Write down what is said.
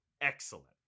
excellent